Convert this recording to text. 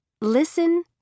Listen